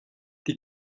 die